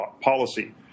policy